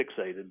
fixated